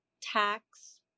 tax